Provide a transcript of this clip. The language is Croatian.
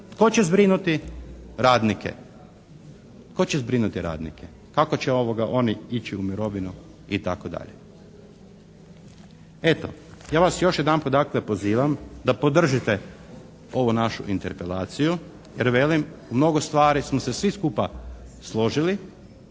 tko će zbrinuti radnike. Tko će zbrinuti radnike? Kako će oni ići u mirovinu itd.? Eto, ja vas još jedanput dakle pozivam da podržite ovu našu interpelaciju jer velim u mnogo stvari smo se svi skupa složili